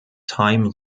time